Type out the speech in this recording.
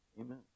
amen